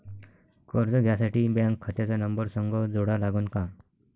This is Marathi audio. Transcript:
कर्ज घ्यासाठी बँक खात्याचा नंबर संग जोडा लागन का?